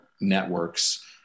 networks